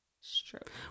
stroke